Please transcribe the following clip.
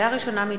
לקריאה ראשונה,